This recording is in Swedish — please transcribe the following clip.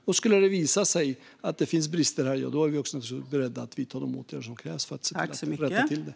Om det skulle visa sig att det finns brister är vi naturligtvis beredda att vidta de åtgärder som krävs för att rätta till dem.